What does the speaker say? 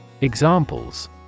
Examples